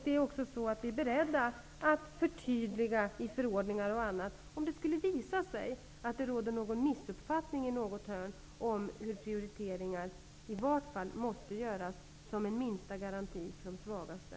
Vi är också beredda att förtydliga i förordningar och annat om det skulle visa sig att det råder någon missuppfattning i något hörn om hur prioriteringar måste göras i alla fall som en minsta garanti för de svagaste.